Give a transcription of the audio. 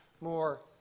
more